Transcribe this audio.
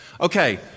Okay